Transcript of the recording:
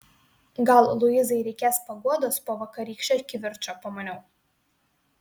gal luizai reikės paguodos po vakarykščio kivirčo pamaniau